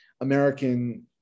American